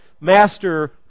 Master